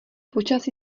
počasí